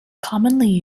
commonly